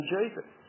Jesus